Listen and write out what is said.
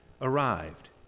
arrived